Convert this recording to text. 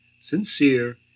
sincere